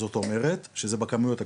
זאת אומרת שזה בכמויות הגדולות.